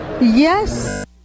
Yes